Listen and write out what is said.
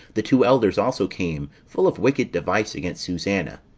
the two elders also came full of wicked device against susanna,